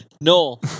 No